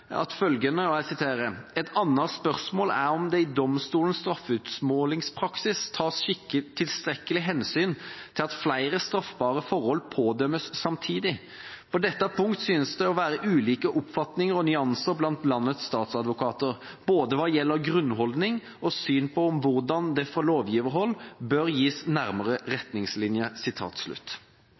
annet spørsmål er om det i domstolenes straffutmålingspraksis tas tilstrekkelig hensyn til at flere straffbare forhold pådømmes samtidig. På dette punkt synes det å være ulike oppfatninger og nyanser blant landets statsadvokater, både hva gjelder grunnholdning og syn på om og hvordan det fra lovgiverhold bør gis nærmere retningslinjer.»